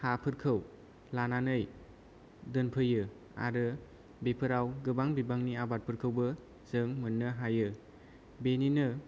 हाफोरखौ लानानै दोनफैयो आरो बेफोराव गोबां बिबांनि आबादफोरखौबो जों मोन्नो हायो बेनिनो